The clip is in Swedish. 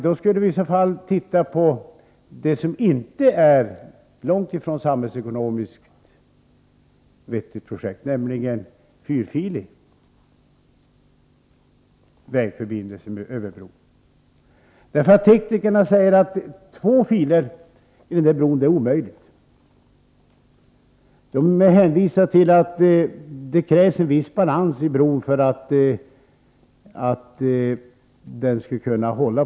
Då skulle vi i så fall titta på något som är ett långt ifrån samhällsekonomiskt vettigt projekt, nämligen en fyrfilig vägförbindel : AR SP SA Om en fast förse. Teknikerna säger nämligen att två filer på bron är någonting omöjligt. De bindelsemellan hänvisar till att det krävs en viss balans i bron för att den skall hålla.